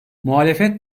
muhalefet